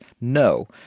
no